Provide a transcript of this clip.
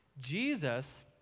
Jesus